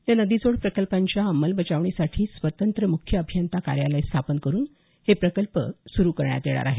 या नदीजोड प्रकल्पांच्या अंमलबजावणीसाठी स्वतंत्र मुख्य अभियंता कार्यालय स्थापन करून हे प्रकल्प सुरू करण्यात येणार आहे